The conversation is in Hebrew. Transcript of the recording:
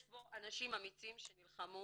יש פה אנשים אמיצים שנלחמו